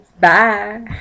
Bye